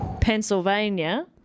Pennsylvania